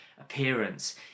appearance